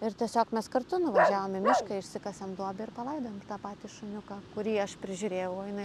ir tiesiog mes kartu nuvažiavom į mišką išsikasėm duobę ir palaidojom tą patį šuniuką kurį aš prižiūrėjau o jinai